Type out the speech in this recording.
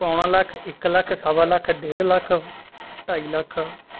ਪੌਣਾਂ ਲੱਖ ਇੱਕ ਲੱਖ ਸਵਾ ਲੱਖ ਡੇਢ ਲੱਖ ਢਾਈ ਲੱਖ